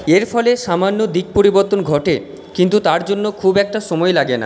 এর ফলে সামান্য দিক পরিবর্তন ঘটে কিন্তু তার জন্য খুব একটা সময় লাগে না